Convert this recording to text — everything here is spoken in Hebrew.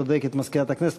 צודקת מזכירת הכנסת,